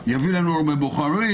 יביא לנו הרבה בוחרים.